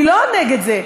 אני לא נגד זה.